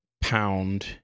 pound